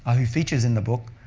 who features in the book.